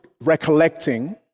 recollecting